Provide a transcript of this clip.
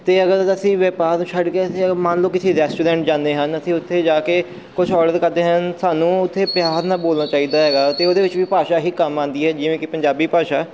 ਅਤੇ ਅਗਰ ਅਸੀਂ ਵਪਾਰ ਨੂੰ ਛੱਡ ਕੇ ਅਸੀਂ ਅਗਰ ਮੰਨ ਲਓ ਕਿਸੇ ਰੈਸਟੋਰੈਂਟ ਜਾਂਦੇ ਹਨ ਅਸੀਂ ਉੱਥੇ ਜਾ ਕੇ ਕੁਛ ਔਰਡਰ ਕਰਦੇ ਹਨ ਸਾਨੂੰ ਉੱਥੇ ਪਿਆਰ ਨਾਲ ਬੋਲਣਾ ਚਾਹੀਦਾ ਹੈਗਾ ਅਤੇ ਉਹਦੇ ਵਿੱਚ ਵੀ ਭਾਸ਼ਾ ਹੀ ਕੰਮ ਆਉਂਦੀ ਹੈ ਜਿਵੇਂ ਕਿ ਪੰਜਾਬੀ ਭਾਸ਼ਾ